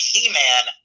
He-Man